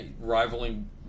rivaling